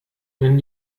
wenn